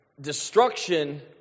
destruction